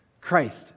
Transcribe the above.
Christ